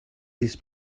this